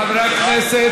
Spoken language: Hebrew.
אם כן, חברי הכנסת,